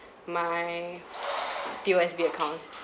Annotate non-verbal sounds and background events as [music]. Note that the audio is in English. [breath] my P_O_S_B account